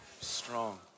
strong